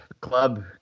club